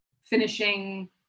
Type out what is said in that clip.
finishing